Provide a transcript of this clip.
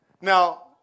Now